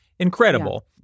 Incredible